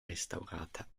restaurata